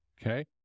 okay